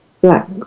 black